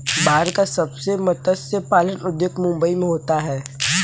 भारत का सबसे बड़ा मत्स्य पालन उद्योग मुंबई मैं होता है